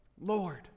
Lord